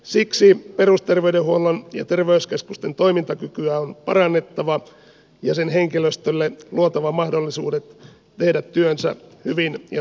siksi perusterveydenhuollon ja terveyskeskusten toimintakykyä on parannettava ja niiden henkilöstölle luotava mahdollisuudet tehdä työnsä hyvin ja turvallisesti